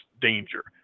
danger